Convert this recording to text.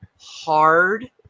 hard